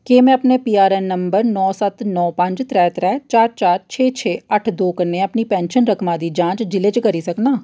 क्या में अपने पीआरऐन्न नंबर नौ सत्त नौ पंज त्रै त्रै चार चार छे छे अट्ठ दो कन्नै अपनी पैन्शन रकमा दी जांच जि'ले च करी सकनां